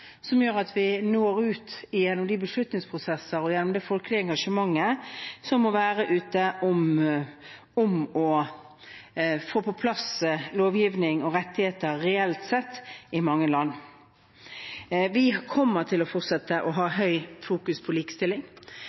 som gjør at vi når ut gjennom de beslutningsprosesser og gjennom det folkelige engasjementet som må være ute, for å få på plass lovgivning og rettigheter reelt sett i mange land. Vi kommer til å fortsette å ha høyt fokus på likestilling.